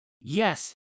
Yes